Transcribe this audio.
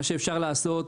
מה שאפשר לעשות,